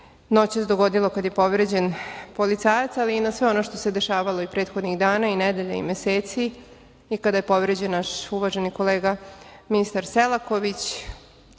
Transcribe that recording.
noćas dogodilo kada je povređen policajac, ali i na sve ono što se dešavalo i prethodnih dana i nedelja i meseci i kada je povređen naš uvaženi kolega ministar Selaković